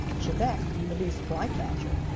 chebec the least flycatcher,